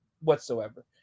whatsoever